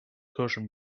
cushion